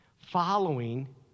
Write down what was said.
following